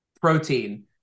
protein